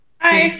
hi